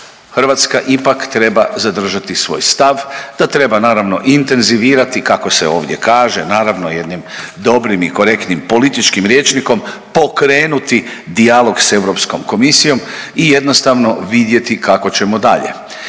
Hrvatska ipak treba zadržati svoj stav, da treba naravno, intenzivirati, kako se ovdje kaže, naravno jednim dobrim i korektnim političkim rječnikom, pokrenuti dijalog s EK i jednostavno vidjeti kako ćemo dalje.